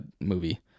movie